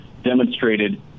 demonstrated